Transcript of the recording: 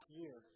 year